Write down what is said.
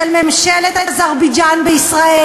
של ממשלת אזרבייג'ן בישראל.